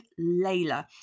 Layla